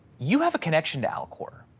you have a connection to alcor.